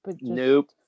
nope